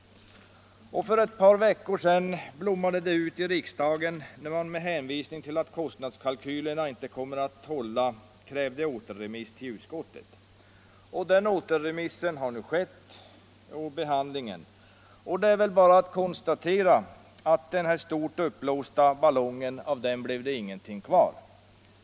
För ett par veckor sedan blommade det ut i riksdagen, när man med hänvisning till att kostnadskalkylerna inte kommer att hålla krävde återremiss till utskottet. Den har nu skett och det är väl bara att konstatera att av denna stort uppblåsta ballong är ingenting kvar.